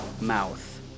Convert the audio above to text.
mouth